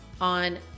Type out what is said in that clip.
on